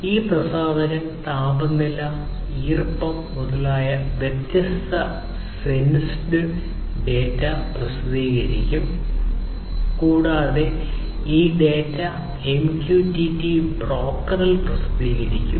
ഈ പ്രസാധകൻ താപനില ഈർപ്പം മുതലായ വ്യത്യസ്ത സെൻസസ് ഡാറ്റ പ്രസിദ്ധീകരിക്കും കൂടാതെ ഈ ഡാറ്റ MQTT ബ്രോക്കറിൽ പ്രസിദ്ധീകരിക്കും